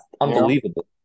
unbelievable